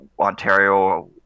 Ontario